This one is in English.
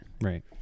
Right